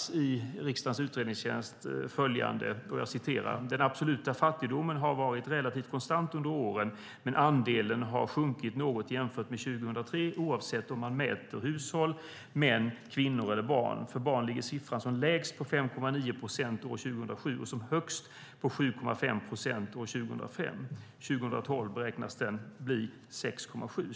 Det är lite slående att följande då konstateras: "Den absoluta fattigdomen har varit relativt konstant under åren, men andelen har sjunkit något jämfört med 2003 oavsett om man mäter hushåll, män, kvinnor eller barn. För barn ligger siffran som lägst på 5,9 procent år 2007 och som högst på 7,5 procent år 2005. 2012 beräknas den bli 6,7."